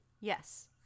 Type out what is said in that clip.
Yes